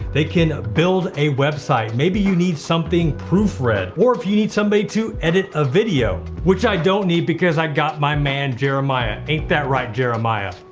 they can build a website. maybe you need something proof-read or if you need somebody to edit a video, which i don't need, because i got my man jeremiah, ain't that right jeremiah.